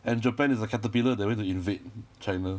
and japan is like caterpillar that want to invade china